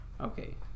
Okay